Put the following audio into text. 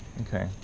Okay